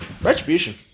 Retribution